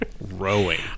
rowing